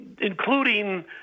including –